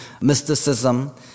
mysticism